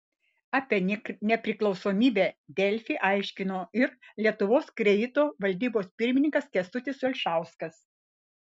apie nepriklausomybę delfi aiškino ir lietuvos kredito valdybos pirmininkas kęstutis olšauskas